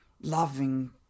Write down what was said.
loving